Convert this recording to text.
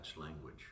language